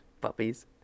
Puppies